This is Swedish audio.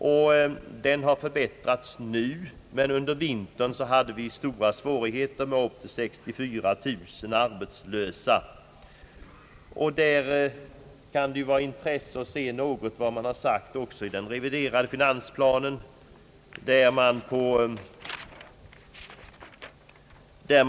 Förhållandena har förbättrats nu, men under vintern hade vi stora svårigheter med upp till 64 000 arbetslösa. Det kan vara av intresse att studera vad man sagt i den reviderade finansplanen på denna punkt.